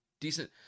decent